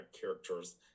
characters